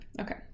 okay